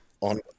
on